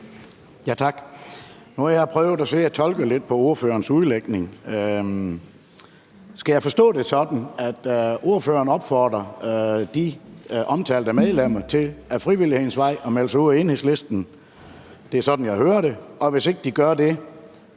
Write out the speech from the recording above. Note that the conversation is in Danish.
Nu har siddet og prøvet at tolke lidt på ordførerens udlægning. Skal jeg forstå det sådan, at ordføreren opfordrer de omtalte medlemmer til ad frivillighedens vej at melde sig ud af Enhedslisten? Det er sådan, jeg hører det. Hvis ikke de gør det,